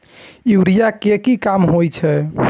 Urea के की काम होई छै?